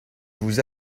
vous